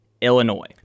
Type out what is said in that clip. Illinois